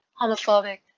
homophobic